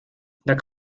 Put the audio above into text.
the